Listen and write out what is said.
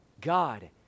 God